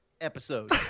Episode